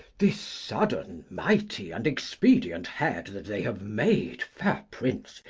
this sudden, mighty, and expedient head that they have made, fair prince,